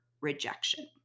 rejection